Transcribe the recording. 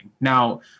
Now